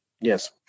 Yes